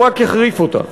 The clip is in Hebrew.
הוא רק יחריף אותה.